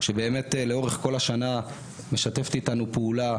שלאורך כל השנה משתפת איתנו פעולה,